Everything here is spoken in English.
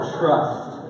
trust